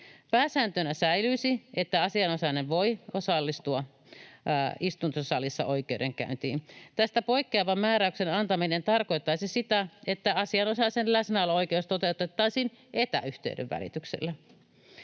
Pääsääntönä säilyisi, että asianosainen voi osallistua istuntosalissa oikeudenkäyntiin. Tästä poikkeavan määräyksen antaminen tarkoittaisi sitä, että asianosaisen läsnäolo-oikeus toteutettaisiin etäyhteyden välityksellä.